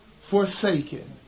forsaken